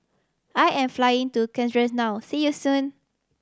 I am flying to Czechia now see you soon